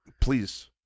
Please